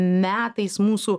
metais mūsų